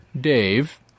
Dave